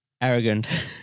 arrogant